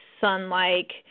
sun-like